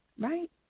right